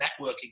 networking